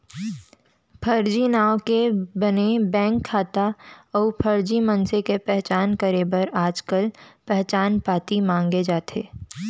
फरजी नांव के बने बेंक खाता अउ फरजी मनसे के पहचान करे बर आजकाल पहचान पाती मांगे जाथे